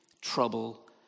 trouble